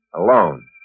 Alone